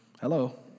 Hello